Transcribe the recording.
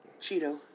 Cheeto